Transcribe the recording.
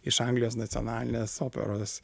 iš anglijos nacionalinės operos